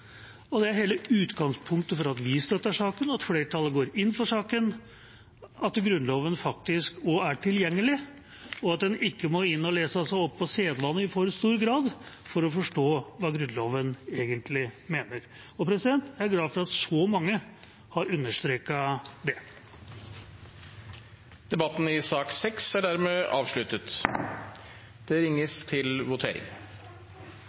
og hele utgangspunktet for at vi støtter saken, og at flertallet går inn for saken, er at Grunnloven faktisk også er tilgjengelig, og at en ikke må inn og lese seg opp på sedvane, i for stor grad, for å forstå hva Grunnloven egentlig mener. Og jeg er glad for at så mange har understreket det. Flere har ikke bedt om ordet til sak